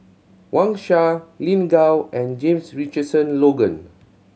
Wang Sha Lin Gao and James Richardson Logan